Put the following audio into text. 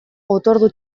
otordu